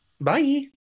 Bye